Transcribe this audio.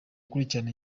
gukurikira